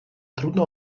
trudno